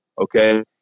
Okay